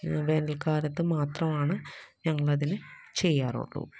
വേനൽ കാലത്ത് മാത്രമാണ് ഞങ്ങൾ അതിന് ചെയ്യാറുള്ളൂ